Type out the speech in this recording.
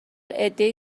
عدهای